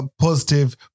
positive